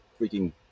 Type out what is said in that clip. freaking